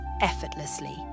effortlessly